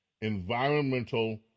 environmental